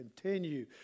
continue